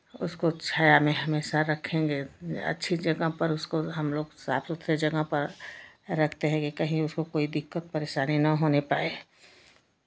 उसको छाया में हमेशा रखेंगे अच्छी जगह पर उसको हमलोग साफ सुथड़े जगह पर रखते हैं कि कहीं उसको कोई दिक्कत परेशानी ना होने पाए